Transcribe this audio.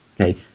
Okay